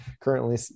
currently